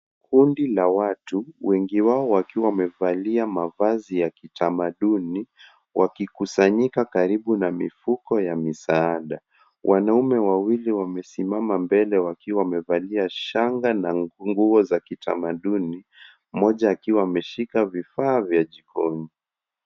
Kundi la watu, wengi wao wakiwa wamevalia mavazi ya kitamaduni, wakikusanyika karibu na mifuko ya misaada. Wanaume wawili wamesimama mbele wakiwa wamevalia shanga na nguo za kitamaduni mmoja akiwa ameshika vifaa vya jikoni.